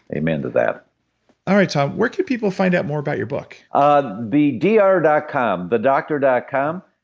amen to that all right, tom, where could people find out more about your book? ah the thedr ah dot com, the doctor dot com.